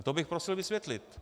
To bych prosil vysvětlit.